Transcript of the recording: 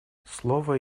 слово